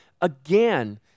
again